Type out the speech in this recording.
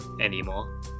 anymore